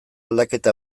aldaketa